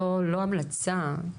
לא המלצה.